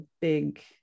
big